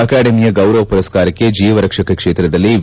ಅಕಾಡೆಮಿಯ ಗೌರವ ಪುರಸ್ಕಾರಕ್ಕೆ ಜೀವರಕ್ಷಕ ಕ್ಷೇತ್ರದಲ್ಲಿ ವಿ